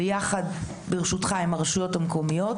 ויחד עם הרשויות המקומיות